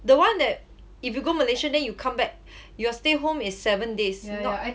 the one that if you go malaysia then you come back your stay home is seven days not